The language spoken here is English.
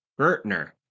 Gertner